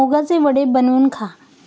मुगाचे वडे बनवून खा